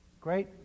great